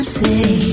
say